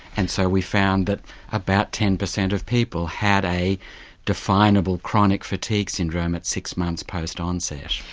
and so we found that about ten percent of people had a definable chronic fatigue syndrome at six months post onset.